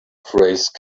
phrase